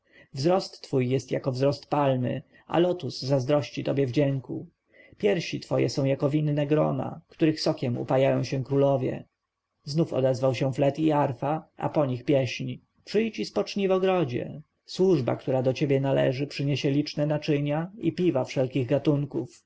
wzrost twój jest jako wzrost palmy a lotus zazdrości tobie wdzięku piersi twoje są jak winne grona których sokiem upajają się królowie znowu odezwał się flet i arfa a po nich pieśń przyjdź i spocznij w ogrodzie służba która do ciebie należy przyniesie liczne naczynia i piwa wszelkich gatunków